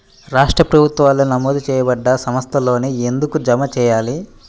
రాష్ట్ర ప్రభుత్వాలు నమోదు చేయబడ్డ సంస్థలలోనే ఎందుకు జమ చెయ్యాలి?